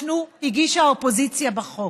הגישה האופוזיציה לחוק,